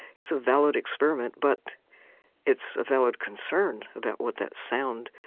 it's a valid experiment. but it's a valid concern about what that sound,